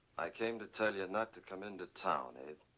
i came to tell you not to come into town, abe.